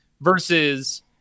versus